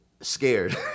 scared